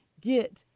get